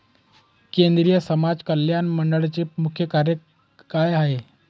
केंद्रिय समाज कल्याण मंडळाचे मुख्य कार्य काय आहे?